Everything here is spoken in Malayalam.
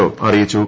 ഒ അറിയിച്ചു